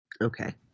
Okay